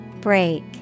Break